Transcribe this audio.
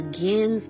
Again